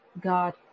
God